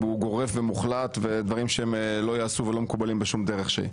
הוא גורף ומוחלט ואלה דברים שלא ייעשו ולא מקובלים בשום דברך שהיא.